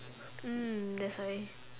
mm that's why